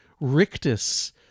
rictus